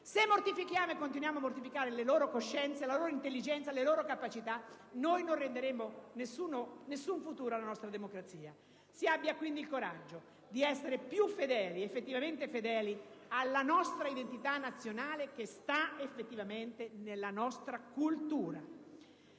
Se mortifichiamo e continuiamo a mortificare le loro coscienze, la loro intelligenza e le loro capacità non daremo nessun futuro alla nostra democrazia. Si abbia quindi il coraggio di essere effettivamente più fedeli alla nostra identità nazionale che sta nella nostra cultura.